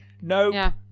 no